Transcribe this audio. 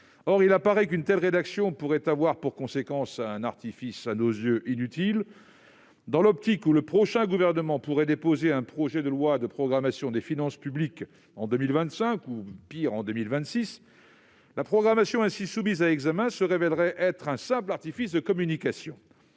il apparaît qu'une telle rédaction pourrait avoir pour conséquence un artifice à nos yeux inutile, car le prochain gouvernement pourrait déposer un projet de loi de programmation des finances publiques en 2025 ou, pis encore, en 2026. La programmation ainsi soumise à examen se révélerait être un simple artifice de communication.